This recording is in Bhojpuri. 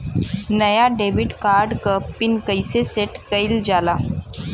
नया डेबिट कार्ड क पिन कईसे सेट कईल जाला?